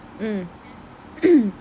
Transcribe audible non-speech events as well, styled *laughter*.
mm *coughs*